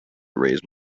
raise